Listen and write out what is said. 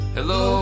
Hello